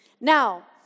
Now